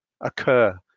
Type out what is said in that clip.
occur